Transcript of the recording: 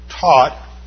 taught